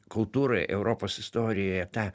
kultūroj europos istorijoje ta